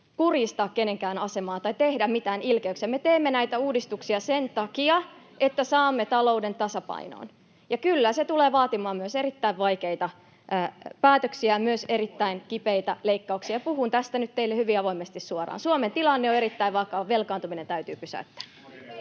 kurjistaa kenenkään asemaa tai tehdä mitään ilkeyksiä. Me teemme näitä uudistuksia sen takia, että saamme talouden tasapainoon. Ja kyllä, se tulee vaatimaan myös erittäin vaikeita päätöksiä, myös erittäin kipeitä leikkauksia, ja puhun tästä nyt teille hyvin avoimesti suoraan: Suomen tilanne on erittäin vakava, velkaantuminen täytyy pysäyttää.